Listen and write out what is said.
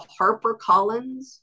HarperCollins